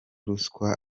ruswa